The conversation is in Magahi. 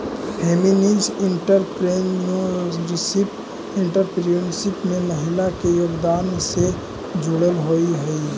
फेमिनिस्ट एंटरप्रेन्योरशिप एंटरप्रेन्योरशिप में महिला के योगदान से जुड़ल होवऽ हई